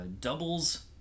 doubles